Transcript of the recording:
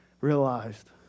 realized